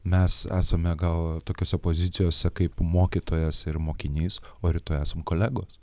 mes esame gal tokiose pozicijose kaip mokytojas ir mokinys o rytoj esam kolegos